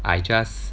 I just